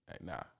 nah